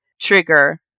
trigger